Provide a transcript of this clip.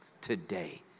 Today